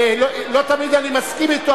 לא תמיד אני מסכים אתו,